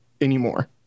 anymore